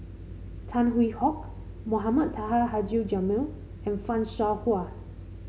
Tan Hwee Hock Mohamed Taha Haji Jamil and Fan Shao Hua